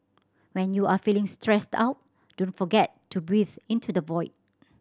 when you are feeling stressed out don't forget to breathe into the void